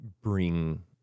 bring